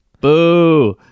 Boo